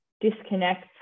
disconnect